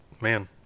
man